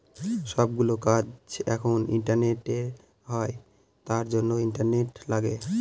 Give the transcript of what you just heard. সব গুলো কাজ এখন ইন্টারনেটে হয় তার জন্য ইন্টারনেট লাগে